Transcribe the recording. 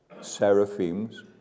seraphims